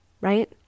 right